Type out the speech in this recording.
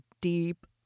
deep